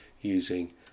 using